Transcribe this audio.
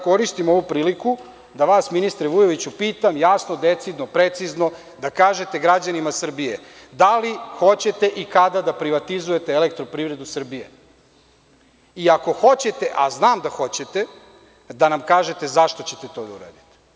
Koristim ovu priliku da vas, ministre Vujoviću, pitam da jasno, decidno, precizno, kažete građanima Srbije – da li hoćete i kada da privatizujete EPS i ako hoćete, a znam da hoćete, da nam kažete zašto ćete to da uradite?